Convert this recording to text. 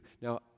Now